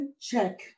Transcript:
check